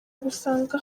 gusanga